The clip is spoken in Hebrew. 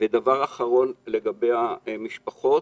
ודבר אחרון, לגבי המשפחות